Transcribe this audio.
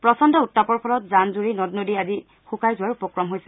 প্ৰচণ্ড উত্তাপৰ ফলত জান জুৰি নদ নদী আদি শুকাই যোৱাৰ উপক্ৰম হৈছে